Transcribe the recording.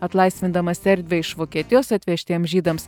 atlaisvindamas erdvę iš vokietijos atvežtiems žydams